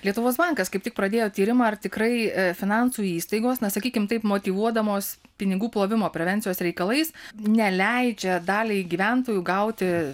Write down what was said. lietuvos bankas kaip tik pradėjo tyrimą ar tikrai finansų įstaigos na sakykim taip motyvuodamos pinigų plovimo prevencijos reikalais neleidžia daliai gyventojų gauti